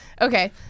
Okay